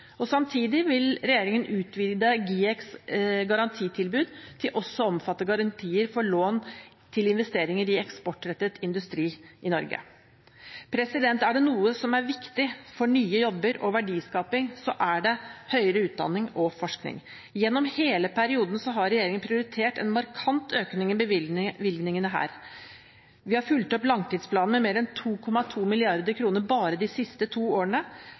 rammebetingelser. Samtidig vil regjeringen utvide GIEKs garantitilbud til også å omfatte garantier for lån til investeringer i eksportrettet industri i Norge. Er det noe som er viktig for nye jobber og verdiskaping, er det høyere utdanning og forskning. Gjennom hele perioden har regjeringen prioritert en markant økning i bevilgningene her. Vi har fulgt opp langtidsplanen med mer enn 2,2 mrd. kr bare de siste to årene.